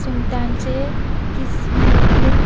सुंगटांचे किसमोर